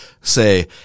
say